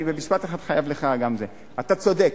אני במשפט אחד חייב לך גם תשובה: אתה צודק,